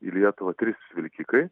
į lietuvą trys vilkikai